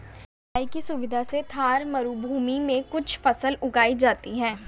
सिंचाई की सुविधा से थार मरूभूमि में भी कुछ फसल उगाई जाती हैं